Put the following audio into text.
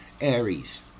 Aries